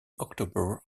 october